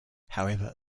however